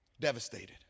Devastated